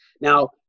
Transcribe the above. Now